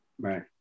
Right